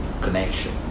connection